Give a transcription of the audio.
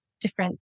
different